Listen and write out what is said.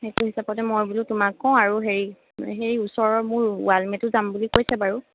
সেইটো হিচাপতে মই বোলো তোমাক কওঁ আৰু হেৰি সেই ওচৰৰ মোৰ ওৱালমেটো যাম বুলি কৈছে বাৰু